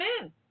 men